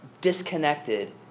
disconnected